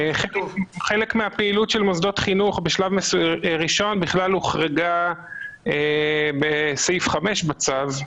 חלק מהפעילות של מוסדות חינוך בשלב ראשון בכלל הוחרגה בסעיף 5 בצו,